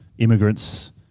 immigrants